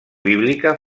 bíblica